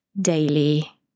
daily